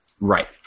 right